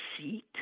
seat